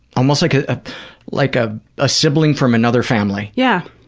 almost like ah ah like ah a sibling from another family. yeah,